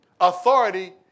Authority